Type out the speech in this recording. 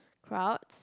crowd